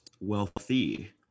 wealthy